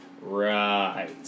right